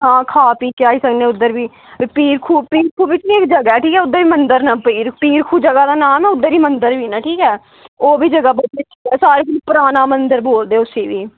हां खा पी के आई सकने उद्धर बी ते पीर खू पीर खू बिच्च बी इक जगहा ऐ ठीक ऐ उद्धर बी मंदिर न पीर खू जगह दा नांऽ ना उद्धर बी मंदिर बी न ठीक ऐ ओह् बी जगहा बड़ी स्हेई ऐ सारे कोला पराना मंदिर बोलदे उसी बी